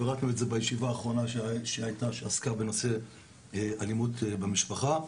פירטנו את זה בישיבה האחרונה שהייתה שעסקה בנושא של אלימות במשפחה.